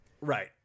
Right